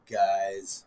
guys